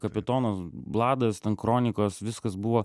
kapitonas bladas ten kronikos viskas buvo